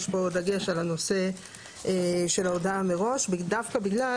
יש פה דגש על הנושא של הודעה מראש דווקא בגלל